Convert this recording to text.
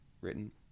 written